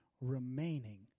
remaining